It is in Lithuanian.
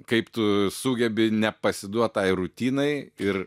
kaip tu sugebi nepasiduot tai rutinai ir